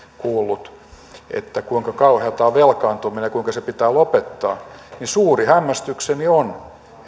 kuullut että kuinka kauheata on velkaantuminen ja kuinka se pitää lopettaa suuri hämmästykseni on